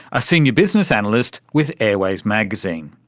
a senior business analyst with airways magazine.